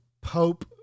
Pope